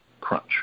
crunch